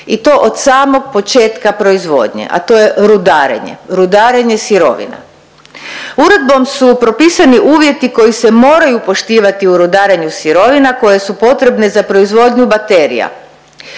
i to od samog početka proizvodnje, a to je rudarenje. Rudarenje sirovina. Uredbom su propisani uvjeti koji se moraju poštivati u rudarenju sirovina koje su potrebne za proizvodnju baterija,